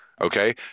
Okay